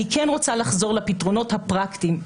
אני כן רוצה לחזור לפתרונות הפרקטיים.